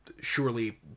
surely